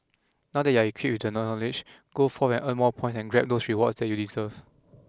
now that you're equipped with the knowledge go forth and earn more points and grab those rewards that you deserve